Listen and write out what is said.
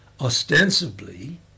ostensibly